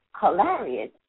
hilarious